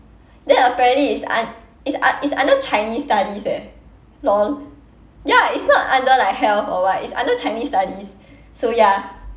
then apparently it's un~ it's un~ it's under chinese studies eh lol ya it's not under like health or what it's under chinese studies so ya